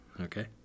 Okay